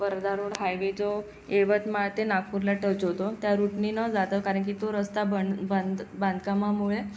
Wardha road highway जो यवतमाळ ते नागपूरला टच होतो त्या रुटनी न जाता कारण की तो रस्ता बन बंद बांधकामामुळे